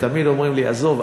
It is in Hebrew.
ותמיד אומרים לי: עזוב,